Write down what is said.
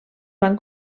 van